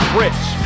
rich